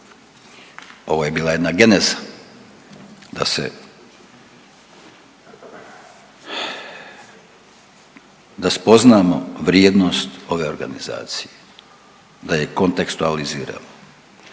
Ovo je bila jedna geneza da se, da spoznamo vrijednost ove organizacije. Da je kontekstualiziramo.